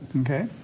Okay